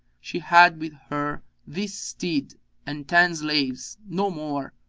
she had with her this steed and ten slaves, no more,